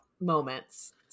moments